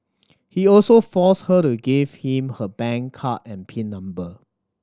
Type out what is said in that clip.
he also forced her to give him her bank card and pin number